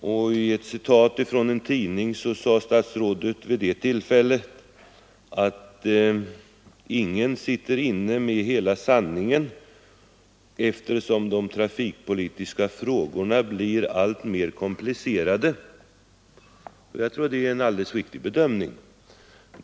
Enligt ett citat från en tidning sade statsrådet vid ett tillfälle att ingen sitter inne med hela sanningen eftersom de trafikpolitiska frågorna blir alltmer komplicerade. Jag tror att det är en alldeles riktig bedömning.